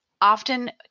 Often